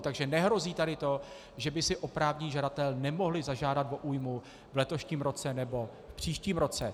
Takže nehrozí tady to, že by si oprávnění žadatelé nemohli zažádat o újmu v letošním roce nebo příštím roce.